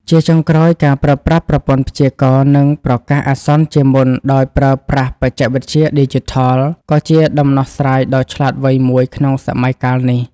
ជាចុងក្រោយ ការប្រើប្រាស់ប្រព័ន្ធព្យាករណ៍ និងប្រកាសអាសន្នជាមុនដោយប្រើប្រាស់បច្ចេកវិទ្យាឌីជីថល ក៏ជាដំណោះស្រាយដ៏ឆ្លាតវៃមួយក្នុងសម័យកាលនេះ។